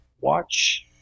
watch